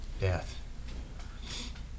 death